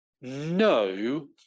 no